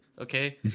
okay